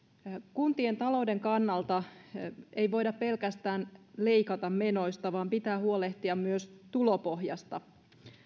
kuntien talouden kannalta ei voida pelkästään leikata menoista vaan pitää huolehtia myös tulopohjasta